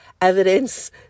evidence